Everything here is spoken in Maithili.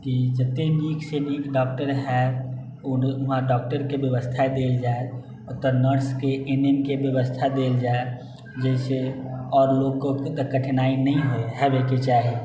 कि जते नीकसँ नीक डॉक्टर हए ओ वहां डॉक्टरके व्यवस्था देल जाइ ओतऽ नर्सके ए एन एम के व्यवस्था देल जाइ जैसँ आओर लोकके कठिनाइ नहि होय हेवेके चाही